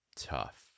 Tough